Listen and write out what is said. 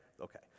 okay